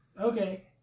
Okay